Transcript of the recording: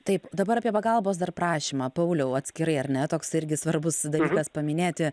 taip dabar apie pagalbos dar prašymą pauliau atskirai ar ne toks irgi svarbus dalykas paminėti